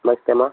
ನಮಸ್ತೆ ಅಮ್ಮ